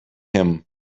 him